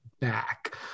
back